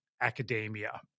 academia